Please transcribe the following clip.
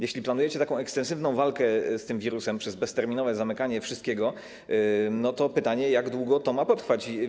Jeśli planujecie taką ekstensywną walkę z tym wirusem przez bezterminowe zamykanie wszystkiego, to pytanie: Jak długo to ma potrwać?